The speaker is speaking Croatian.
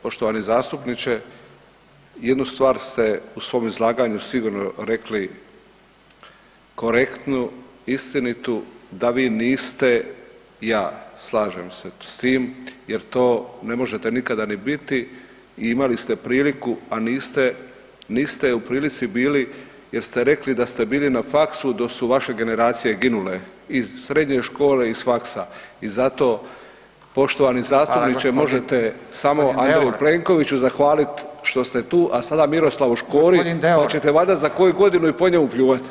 Poštovani zastupniče, jednu stvar ste u svom izlaganju sigurno rekli korektnu i istinitu da vi niste ja, slažem se s tim jer to ne možete nikada ni biti i imali ste priliku, a niste, niste u prilici bili jer ste rekli da ste bili na faksu dok su vaše generacije ginule iz srednje škole i s faksa i zato poštovani zastupniče možete samo Andreju Plenkoviću zahvalit što ste tu, a sada Miroslavu Škori, pa ćete valjda za koju godinu i po njemu pljuvati.